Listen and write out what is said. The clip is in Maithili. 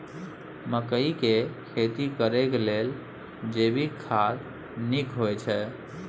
मकई के खेती करेक लेल जैविक खाद नीक होयछै?